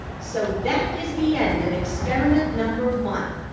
so that is the end of experiment number one,